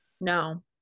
no